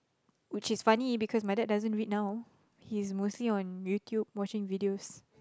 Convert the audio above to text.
which is funny because my dad doesn't read now he's mostly on YouTube watching videos